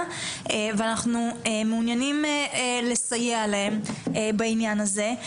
ואנחנו מעוניינים לסייע להם בעניין הזה.